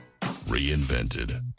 reinvented